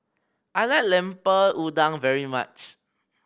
I like Lemper Udang very much